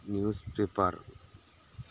news paper